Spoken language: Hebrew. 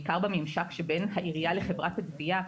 בעיקר בממשק שבין העירייה לחברת הגבייה.